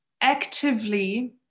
actively